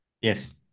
Yes